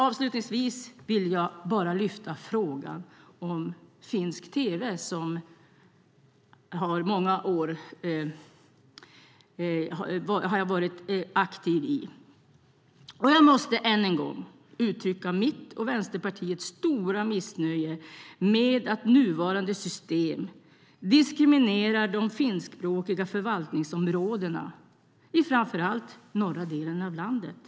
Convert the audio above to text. Avslutningsvis vill jag bara lyfta frågan om finsk tv, som jag har varit aktiv i under många år. Jag måste än en gång uttrycka mitt och Vänsterpartiets stora missnöje med att nuvarande system diskriminerar de finskspråkiga förvaltningsområdena i framför allt norra delen av landet.